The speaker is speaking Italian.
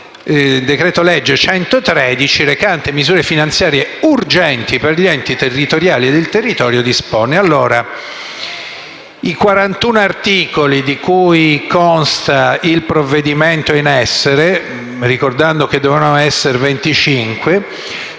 decreto-legge n. 113, recante misure finanziarie urgenti per gli enti territoriali e il territorio. I 41 articoli di cui consta il provvedimento (ricordo che dovevano essere 25)